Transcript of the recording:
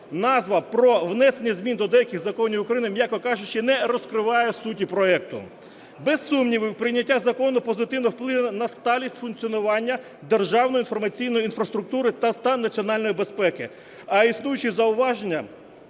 Назва "Про внесення змін до деяких законів України", м’яко кажучи, не розкриває суті проекту. Без сумнівів, прийняття закону позитивно вплине на сталість функціонування державної інформаційної інфраструктури та стан національної безпеки. А існуючі зауваження